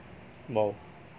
!wow!